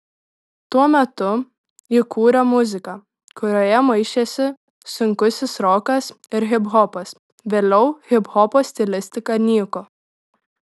tuo metu ji kūrė muziką kurioje maišėsi sunkusis rokas ir hiphopas vėliau hiphopo stilistika nyko